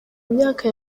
myaka